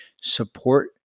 support